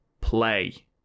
play